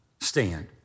stand